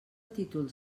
títols